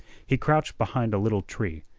he crouched behind a little tree,